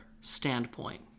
standpoint